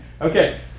Okay